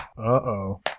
uh-oh